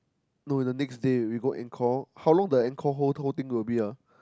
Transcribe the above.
no the next day we go Angkor how long the Angkor whole whole thing will be ah